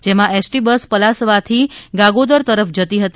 જેમાં ST bus પલાસવાથી ગાગોદર તરફ જતી હતી